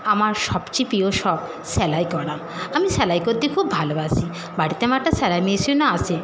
আমার সবচেয়ে প্রিয় শখ সেলাই করা আমি সেলাই করতে খুব ভালোবাসি বাড়িতে আমার একটা সেলাই মেশিনও আছে